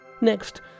Next